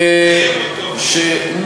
אתה לא מקיים אותו.